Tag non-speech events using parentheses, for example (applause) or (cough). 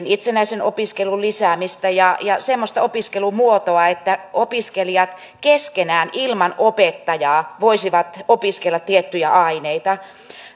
(unintelligible) itsenäisen opiskelun lisäämistä ja ja semmoista opiskelumuotoa että opiskelijat keskenään ilman opettajaa voisivat opiskella tiettyjä aineita